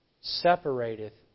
separateth